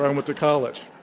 um to college.